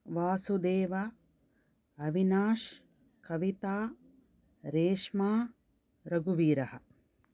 Vasudev Avinash Kavita Reshma रघुवीरः